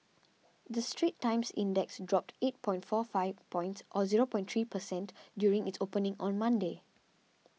the Straits Times Index dropped eight point four five points or zero point three per cent during its opening on Monday